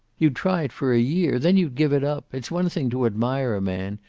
you'd try it for a year. then you'd give it up. it's one thing to admire a man.